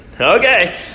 Okay